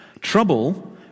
Trouble